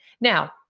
Now